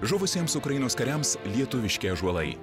žuvusiems ukrainos kariams lietuviški ąžuolai